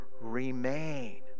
remain